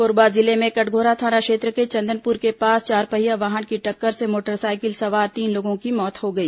कोरबा जिले में कटघोरा थाना क्षेत्र के चंदनपुर के पास चारपहिया वाहन की टक्कर से मोटरसाइकिल सवार तीन लोगों की मौत हो गई